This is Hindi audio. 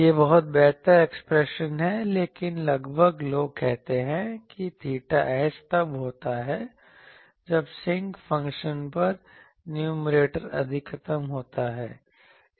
यह बहुत बेहतर एक्सप्रेशन है लेकिन लगभग लोग कहते हैं कि 𝚹s तब होता है जब sinc फ़ंक्शन का न्यूमैरेटर अधिकतम होता है